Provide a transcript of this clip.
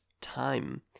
time